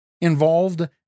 involved